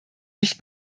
mich